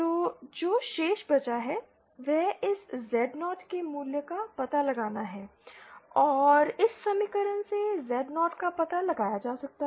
तो जो शेष बचा है वह इस Z0 के मूल्य का पता लगाना है और इस समीकरण से Z0 का पता लगाया जा सकता है